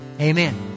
Amen